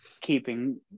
keeping